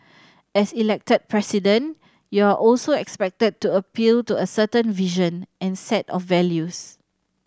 as Elected President you are also expected to appeal to a certain vision and set of values